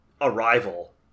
Arrival